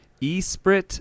E-Sprit